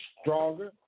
stronger